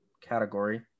category